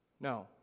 No